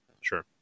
Sure